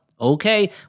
Okay